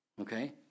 Okay